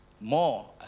more